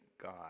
God